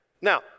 Now